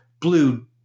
blue